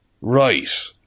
Right